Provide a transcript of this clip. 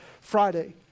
Friday